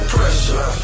Pressure